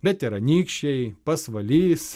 bet ir anykščiai pasvalys